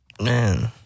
Man